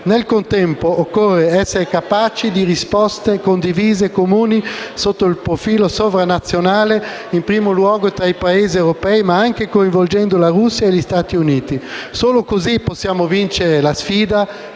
Nel contempo, occorre essere capaci di risposte condivise e comuni sotto il profilo sopranazionale, in primo luogo tra i Paesi europei, ma anche coinvolgendo la Russia e gli Stati Uniti. Solo così possiamo vincere la sfida